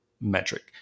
metric